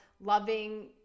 loving